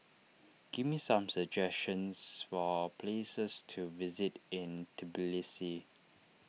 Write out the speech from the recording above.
give me some suggestions for places to visit in Tbilisi